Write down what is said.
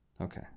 Okay